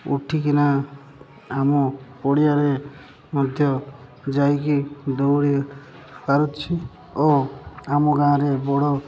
ଉଠିକିନା ଆମ ପଡ଼ିଆରେ ମଧ୍ୟ ଯାଇକି ଦୌଡ଼ି ପାରୁଛି ଓ ଆମ ଗାଁରେ ବଡ଼